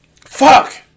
Fuck